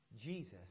Jesus